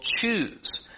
choose